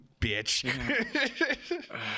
bitch